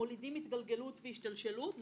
מולידים התגלגלות והשתלשלות,